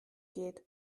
geht